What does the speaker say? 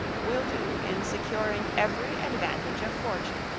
will do in securing every advantage of fortune,